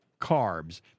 carbs